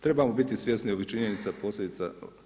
Trebamo biti svjesni ovih činjenica, posljedica.